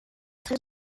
très